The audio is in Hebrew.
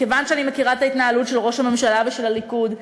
מכיוון שאני מכירה את ההתנהלות של ראש הממשלה ושל הליכוד,